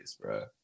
bro